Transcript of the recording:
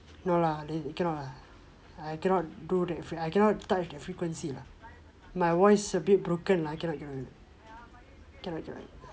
no lah dey cannot lah I cannot do that I cannot touch that frequency lah my voice a bit broken lah I cannot cannot cannot